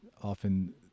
often